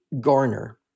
Garner